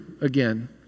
again